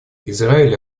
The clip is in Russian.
израиль